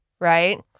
right